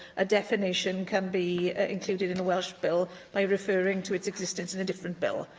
a definition can be included in a welsh bill by referring to its existence in a different bill.